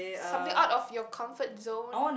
something out of your comfort zone